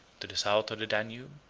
to the south of the danube,